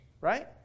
right